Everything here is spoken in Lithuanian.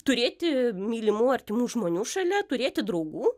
turėti mylimų artimų žmonių šalia turėti draugų